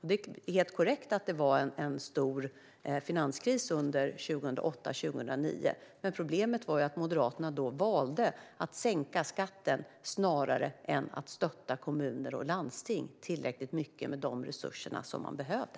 Det är helt korrekt att det var en stor finanskris under 2008-2009. Men problemet var att Moderaterna då valde att sänka skatten snarare än att stötta kommuner och landsting tillräckligt mycket med de resurser som de behövde.